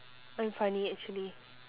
I'm funny actually